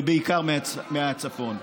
ובעיקר מהצפון.